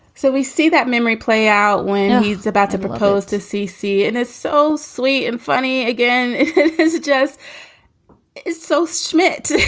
so we see that memory play out when he's about to propose to ceecee, and it's so sweet and funny again is it just so so schmidt